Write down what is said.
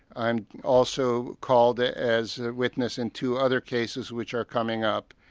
i am also called ah as a witness in two other cases which are coming up.